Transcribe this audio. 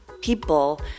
People